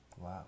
Wow